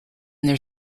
their